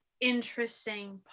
interesting